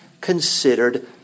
considered